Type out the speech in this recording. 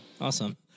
awesome